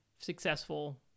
successful